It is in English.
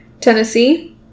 Tennessee